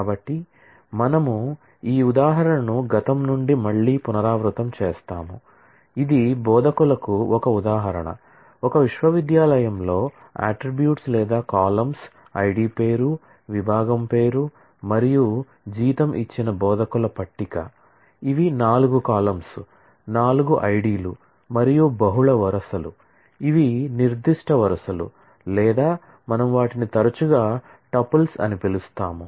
కాబట్టి మనము ఈ ఉదాహరణను గతం నుండి మళ్ళీ పునరావృతం చేస్తాము ఇది బోధకులకు ఒక ఉదాహరణ ఒక విశ్వవిద్యాలయంలో అట్ట్రిబ్యూట్స్ లేదా కాలమ్స్ అని సూచిస్తాము